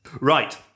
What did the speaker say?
Right